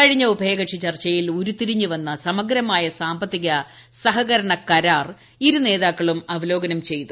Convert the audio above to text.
കഴിഞ്ഞ ഉഭയകക്ഷി ചർച്ചയിൽ ഉരുത്തിരിഞ്ഞ് വന്ന സമഗ്രമായ സാമ്പത്തിക സഹകരണം ഇരു നേതാക്കളും അവലോകനം നടത്തി